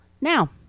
now